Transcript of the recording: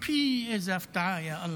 פי, איזו הפתעה, יאללה.